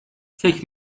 فکر